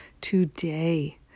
today